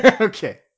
Okay